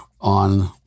on